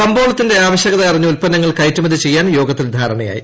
കമ്പോളത്തിന്റെ ആവശ്യകത അറിഞ്ഞ് ഉൽപ്പന്നങ്ങൾ കയറ്റുമതി ചെയ്യാൻ യോഗത്തിൽ ധാരണയായി